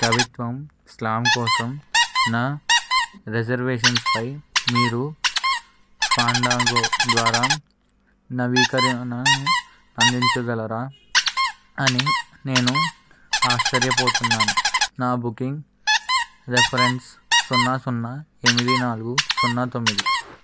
కవిత్వం స్లామ్ కోసం నా రిజర్వేషన్స్ పై మీరు ఫాండంగో ద్వారా నవీకరణను అందించగలరా అని నేను ఆశ్చర్యపోతున్నాను నా బుకింగ్ రెఫ్రెన్స్ సున్నా సున్నా ఎనిమిది నాలుగు సున్నా తొమ్మిది